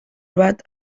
bat